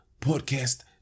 Podcast